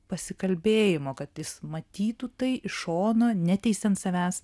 pasikalbėjimo kad jis matytų tai iš šono neteisiant savęs